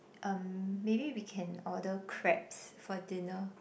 um maybe we can order crabs for dinner